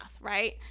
right